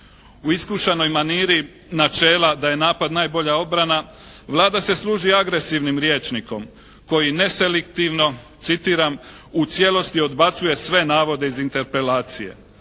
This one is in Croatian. U iskušanoj maniri načela da je napad najbolja obrana Vlada se služi agresivnim rječnikom koji neselektivno, citiram: "U cijelosti odbacuje sve navode iz interpelacije."